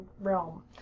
realm